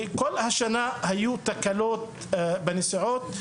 וכל השנה היו תקלות בהסעות.